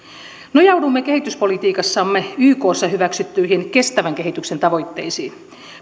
nojaudumme kehityspolitiikassamme ykssa hyväksyttyihin kestävän kehityksen tavoitteisiin